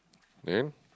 then